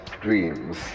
dreams